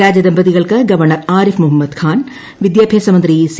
രാജദമ്പതികൾക്ക് governor Arif Mohammad Khan വിദ്യാഭ്യാസമന്ത്രി C